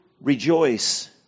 Rejoice